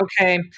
Okay